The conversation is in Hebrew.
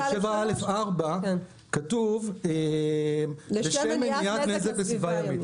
7(א)(4) כתוב "לשם מניעת נזק בסביבה ימית".